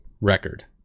record